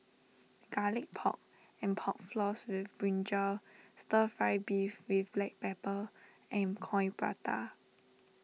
Garlic Pork and Pork Floss with Brinjal Stir Fry Beef with Black Pepper and Coin Prata